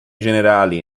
generali